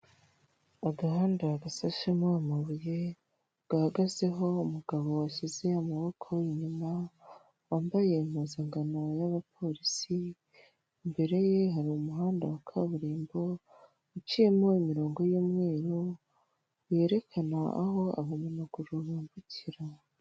Agahanda gasashemo amabuye gahagazeho umugabo washyize amaboko inyuma, wambaye impuzangano y'abapolisi. Imbere ye hari umuhanda wa kaburimbo uciyemo imirongo y'umweru, yerekana aho abanyamaguru bambukira.